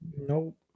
Nope